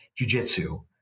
jujitsu